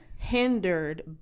Hindered